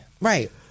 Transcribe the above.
Right